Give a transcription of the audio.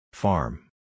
Farm